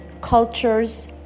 cultures